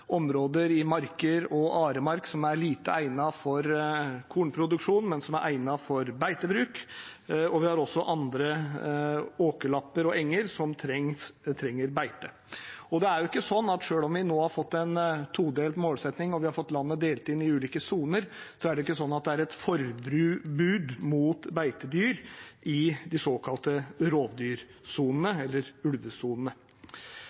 områder som trenger stell, trenger beitebruk. Vi har ravineområder mot Glomma og Øyeren. Vi har områder i Marker og Aremark som er lite egnet til kornproduksjon, men som er egnet til beitebruk. Vi har også andre åkerlapper og enger som trenger beitebruk. Selv om vi nå har fått en todelt målsetting og fått landet delt inn i ulike soner, er det ikke et forbud mot beitedyr i de såkalte